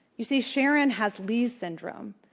you see, sharon has lee's syndrome,